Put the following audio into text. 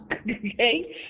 okay